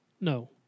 No